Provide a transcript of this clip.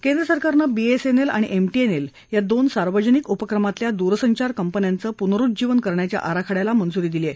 केंद्र सरकारनं B S N L आणि एम टी एन एल या दोन सार्वजनिक उपक्रमातल्या दूरसंचार कंपन्यांचं पुनरुज्जीवन करण्याच्या आराखड्याला मंजुरी दिली आहे